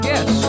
Yes